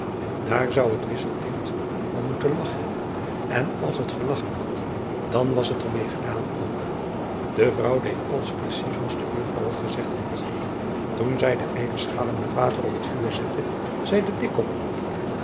daar zou het wisselkind om moeten lachen en als t gelachen had dan was het er mee gedaan ook de vrouw deed alles precies zooals de buurvrouw het gezegd had toen zij de eierschalen met water op het vuur zette zei de dikkop